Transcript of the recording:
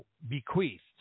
bequeathed